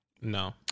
No